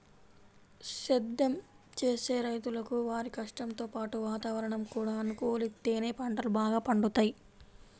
సేద్దెం చేసే రైతులకు వారి కష్టంతో పాటు వాతావరణం కూడా అనుకూలిత్తేనే పంటలు బాగా పండుతయ్